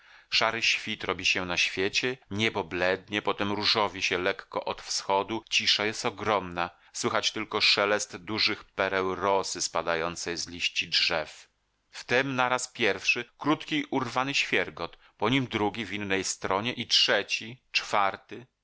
szary świt robi się na świecie niebo blednie potem różowi się lekko od wschodu cisza jest ogromna słychać tylko szelest dużych pereł rosy spadającej z liści drzew wtem naraz pierwszy krótki urwany świergot po nim drugi w innej stronie i trzeci czwarty